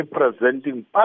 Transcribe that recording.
representing